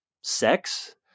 sex